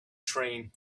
train